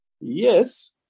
Yes